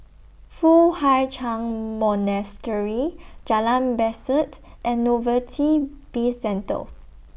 Foo Hai Ch'An Monastery Jalan Besut and Novelty Bizcentre